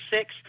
six